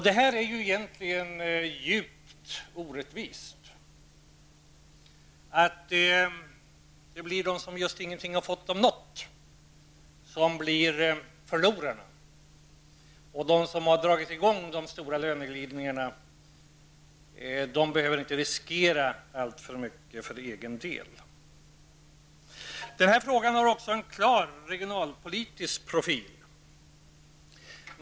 Det är egentligen djupt orättvist att det blir de som just ingenting har fått av något som blir förlorarna. De som har dragit i gång de stora löneglidningarna behöver inte riskera alltför mycket för egen del. Den här frågan har också en klar regionalpolitisk profil.